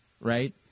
right